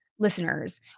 listeners